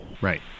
right